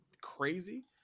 crazy